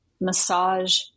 massage